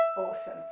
awesome,